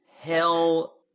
Hell